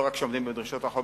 לא רק שעומדים בדרישות החוק,